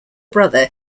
brother